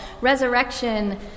Resurrection